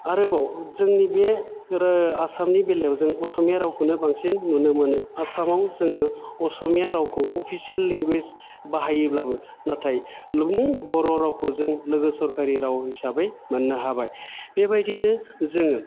आरोबाव जोंनि बे गोरो आसामनि बेलायाव जों असमिया रावखौनो बांसिन नुनो मोनो आसामाव जोङो असमिया रावखौ अपिसेल लेंगुयेज बाहायोब्लाबो नाथाय बर' रावखौ जों लोगो सरकारि राव हिसाबै मोन्नो हाबाय बेबायदिनो जोङो